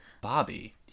Bobby